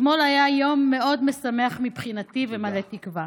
אתמול היה יום מאוד משמח, מבחינתי, ומלא תקווה,